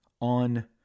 on